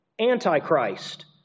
Antichrist